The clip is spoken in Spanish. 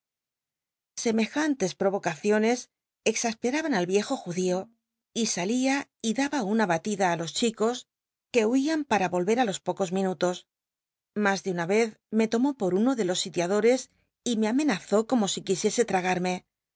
semejantes provocaciones exasperaban al viejo judío y salia y da ba una batida ti los chicos que huían para volver á los pocos minutos l as de una vez me lomó por uno de los sitiadores y me amenazó como si quisiese tragarme